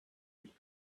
with